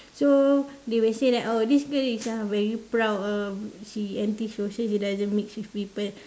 so they will say that oh this girl is uh very proud ah she antisocial she doesn't mix with people